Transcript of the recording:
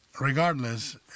regardless